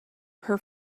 per